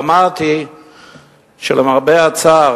ואמרתי שלמרבה הצער,